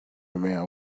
mare